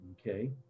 okay